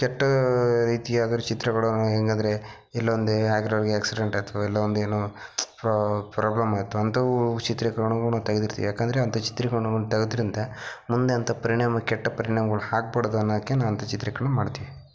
ಕೆಟ್ಟ ರೀತಿ ಯಾವ್ದಾದ್ರು ಚಿತ್ರಗಳನ್ನು ಹೇಗಂದ್ರೆ ಎಲ್ಲೋ ಒಂದು ಯಾರಿಗೋ ಆಕ್ಸಿಡೆಂಟ್ ಆಯ್ತು ಎಲ್ಲೋ ಒಂದು ಏನೋ ಪ್ರಾ ಪ್ರಾಬ್ಲಮ್ ಆಯ್ತು ಅಂಥವು ಚಿತ್ರೀಕರಣಗಳು ನಾವು ತೆಗೆದಿರ್ತೀವಿ ಯಾಕೆಂದ್ರೆ ಅಂಥ ಚಿತ್ರೀಕರಣಗಳು ತೆಗದಿದ್ರಿಂದ ಮುಂದೆ ಅಂಥ ಪರಿಣಾಮ ಕೆಟ್ಟ ಪರಿಣಾಮಗಳು ಆಕ್ಬಾಡ್ದ್ ಅನ್ನೋಕೆ ನಾವು ಅಂಥ ಚಿತ್ರೀಕರಣ ಮಾಡ್ತೀವಿ